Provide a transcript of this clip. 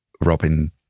Robin